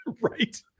Right